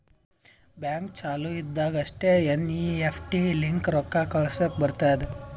bank ಚಾಲು ಇದ್ದಾಗ್ ಅಷ್ಟೇ ಎನ್.ಈ.ಎಫ್.ಟಿ ಲಿಂತ ರೊಕ್ಕಾ ಕಳುಸ್ಲಾಕ್ ಬರ್ತುದ್